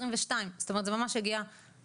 2022. זאת אומרת זה ממש הגיע עכשיו.